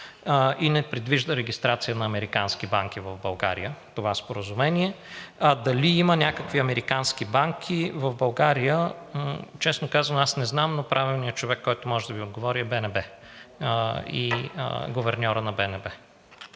не предвижда регистрация на американски банки в България. А дали има някакви американски банки в България? Честно казано, аз не знам, но правилният човек, който може да Ви отговори, е гуверньорът на БНБ.